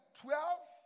twelve